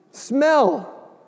Smell